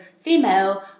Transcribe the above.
female